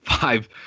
five